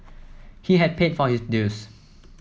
he has paid for his dues